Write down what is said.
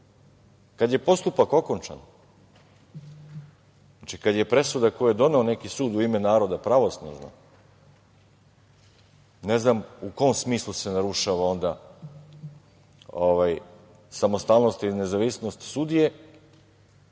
Kada je postupak okončan, znači kada je presuda koju je doneo neki sud u ime naroda pravosnažna, ne znam u kom smislu se narušava onda samostalnost ili nezavisnost sudije?